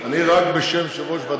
איך הוא חילק איתך את התהילה, חבר הכנסת